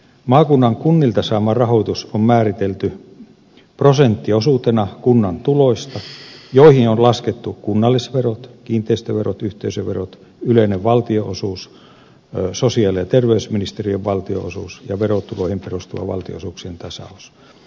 maakunnan kunnilta saama rahoitus on määritelty prosenttiosuutena kunnan tuloista joihin on laskettu kunnallisverot kiinteistöverot yhteisöverot yleinen valtionosuus sosiaali ja terveysministeriön valtionosuus ja verotulojen perusteella valtionosuuksien tasaus